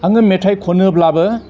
आङो मेथाइ खनोब्लाबो